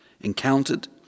encountered